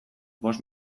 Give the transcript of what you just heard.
bost